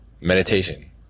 meditation